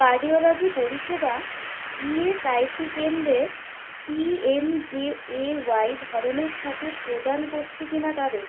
cardiology পরিষেবা E S I C কেন্দ্রের P M J A Y ধরনের সাথে প্রদান করছে কিনা তা দেখুন